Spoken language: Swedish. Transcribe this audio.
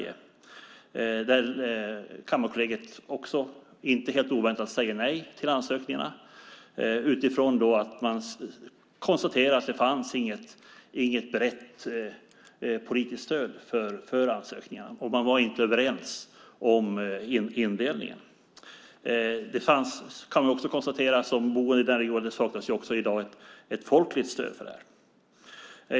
Där säger Kammarkollegiet inte helt oväntat nej till ansökningarna utifrån att man konstaterar att det inte finns något brett politiskt stöd för dem. Man är inte överens om indelningen. Som boende i regionen kan man också konstatera att det saknas ett folkligt stöd för detta.